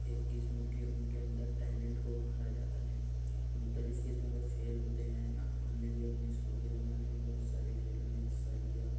ایک قسم کی ان کے اندر ٹیلینٹ کو ابھارا جاتا ہے مختلف قسم کے کھیل ہوتے ہیں ہم نے بھی اپنے اسکول کے زمانے میں بہت سارے کھیلوں میں حصہ لیا